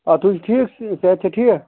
آ تۄہہِ چھُو ٹھیٖک صحت چھَا ٹھیٖک